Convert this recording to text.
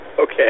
Okay